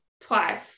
twice